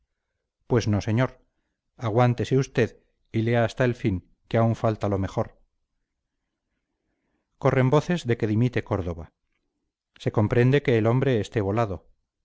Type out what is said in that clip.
pues no señor aguántese usted y lea hasta el fin que aún falta lo mejor corren voces de que dimite córdova se comprende que el hombre esté volado